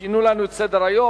שינו לנו את סדר-היום.